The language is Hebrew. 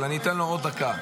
אבל אני אתן לו עוד דקה.